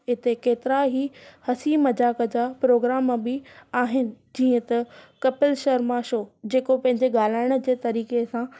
हिते केतिरा ही हंसी मजाक जा प्रोग्राम बि आहिनि जीअं त कपिल शर्मा शो जेको पंहिंजे ॻाल्हाइण जे तरीक़े सां